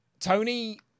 Tony